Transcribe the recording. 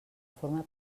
forma